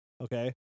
okay